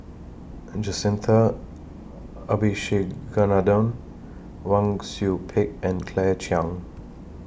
Abisheganaden Wang Sui Pick and Claire Chiang